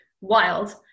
wild